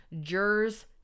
jurors